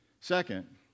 Second